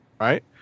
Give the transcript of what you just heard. Right